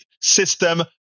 system